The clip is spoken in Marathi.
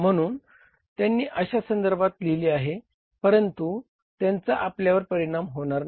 म्हणून त्यांनी अशा संदर्भात लिहिले आहे परंतु त्याचा आपल्यावर परिणाम होणार नाही